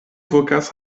vokas